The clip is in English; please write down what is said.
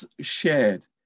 shared